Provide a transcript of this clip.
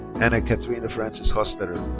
anna katrina frances hostetter.